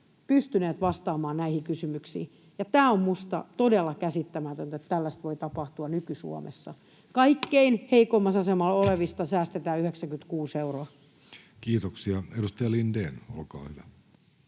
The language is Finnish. pystynyt vastaamaan näihin kysymyksiin. Ja tämä on minusta todella käsittämätöntä, että tällaista voi tapahtua nyky-Suomessa: kaikkein heikoimmassa asemassa olevista säästetään 96 euroa. [Speech 189] Speaker: